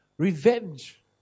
Revenge